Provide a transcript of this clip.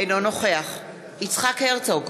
אינו נוכח יצחק הרצוג,